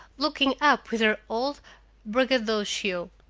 looking up with her old braggadocio.